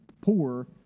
poor